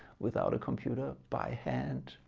without a computer? by hand?